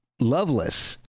Loveless